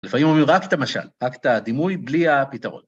לפעמים אומרים רק את המשל, רק את הדימוי, בלי הפתרון.